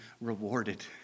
rewarded